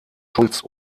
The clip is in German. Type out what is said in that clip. schultz